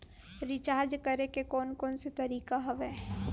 Recharge करे के कोन कोन से तरीका हवय?